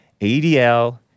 ADL